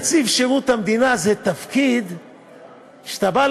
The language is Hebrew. נציב שירות המדינה זה תפקיד שבו אתה